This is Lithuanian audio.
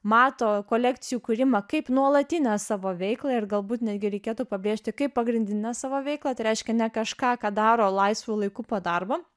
mato kolekcijų kūrimą kaip nuolatinę savo veiklą ir galbūt netgi reikėtų pabrėžti kaip pagrindinę savo veiklą tai reiškia ne kažką ką daro laisvu laiku po darbo